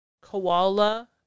Koala